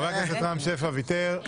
חבר הנסת רם שפע ויתר.